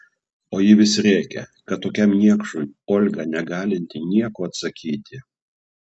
o ji vis rėkė kad tokiam niekšui olga negalinti nieko atsakyti